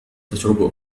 تشرب